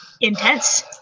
Intense